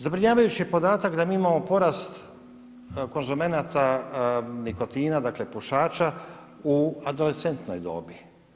Zabrinjavajući je podatak da mi imamo porast konzumenata nikotina, dakle pušača u adolescentnoj dobi.